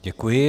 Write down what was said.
Děkuji.